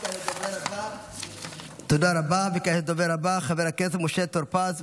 וכעת לדובר הבא, חבר הכנסת משה טור פז,